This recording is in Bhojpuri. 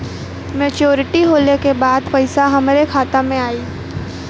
मैच्योरिटी होले के बाद पैसा हमरे खाता में आई?